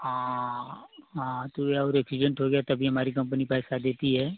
हाँ हाँ तो और एक्सीडेंट हो गया तभी हमारी कम्पनी पैसा देती है